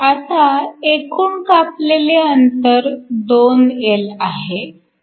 आता एकूण कापलेले अंतर 2 L आहे